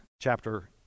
chapter